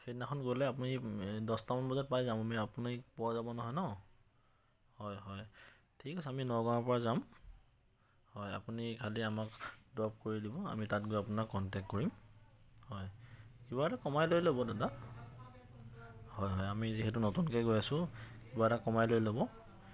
সেইদিনাখন গ'লে আপুনি দছটামান বজাত পাই যাম আমি আপুনি পোৱা যাব নহয় ন হয় হয় ঠিক আছে আমি নগাঁৱৰ পৰা যাম হয় আপুনি খালি আমাক ড্ৰপ কৰি দিব আমি তাত গৈ আপোনাক কণ্টেক কৰিম হয় কিবা এটা কমাই লৈ ল'ব দাদা হয় হয় আমি যিহেতু নতুনকৈ গৈ আছোঁ কিবা এটা কমাই লৈ ল'ব